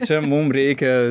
čia mum reikia